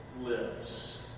lives